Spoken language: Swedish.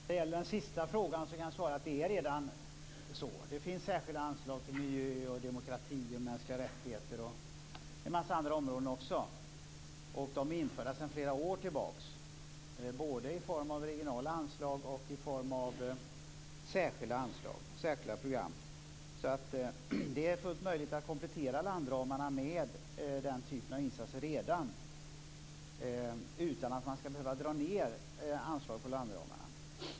Fru talman! När det gäller den sista frågan kan jag svara att det redan är så. Det finns särskilda anslag till miljö, demokrati, mänskliga rättigheter och en massa andra områden. De är införda sedan flera år tillbaka, både i form av regionala anslag och i form av särskilda anslag. Det är redan fullt möjligt att komplettera landramarna med den typen av insatser utan att man skall behöva dra nerdanslag på landramarna.